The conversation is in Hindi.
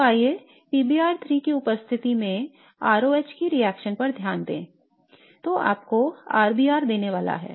तो आइए PBr3 की उपस्थिति में R OH की रिएक्शन पर ध्यान दें जो आपको R Br देने वाला है